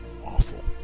awful